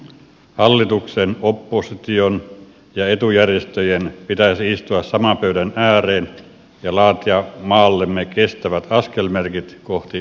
hallituksen opposition ja etujärjestöjen pitäisi istua saman pöydän ääreen ja laatia maallemme kestävät askelmerkit kohti parempaa huomista